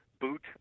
boot